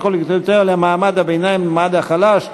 וכל התחייבויותיה למעמד הביניים ולמעמד החלש,